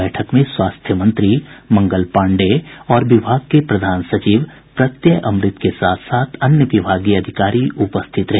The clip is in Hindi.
बैठक में स्वास्थ्य मंत्री मंगल पांडेय और विभाग के प्रधान सचिव प्रत्यय अमृत के साथ साथ अन्य विभागीय अधिकारी उपस्थित रहे